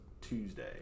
Tuesday